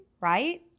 right